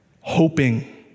hoping